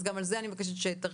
גם על זה אני מבקשת שתרחיבו.